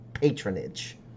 patronage